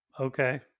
Okay